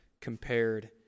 compared